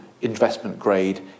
investment-grade